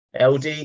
ld